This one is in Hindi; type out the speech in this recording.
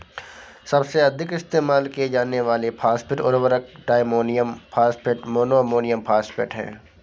सबसे अधिक इस्तेमाल किए जाने वाले फॉस्फेट उर्वरक diammonium phosphate, mono ammonium phosphate हैं